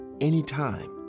Anytime